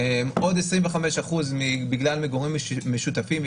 עוד 25% מגורים משותפים,